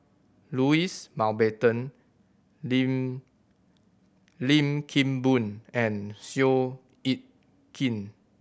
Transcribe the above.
Louis Mountbatten Lim Lim Kim Boon and Seow Yit Kin